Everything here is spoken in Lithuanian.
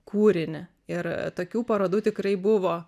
kūrinį ir tokių parodų tikrai buvo